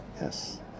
yes